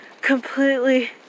completely